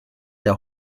der